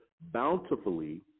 bountifully